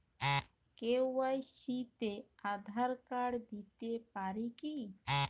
KYC তে Aadhaar card দিতে পারি কি?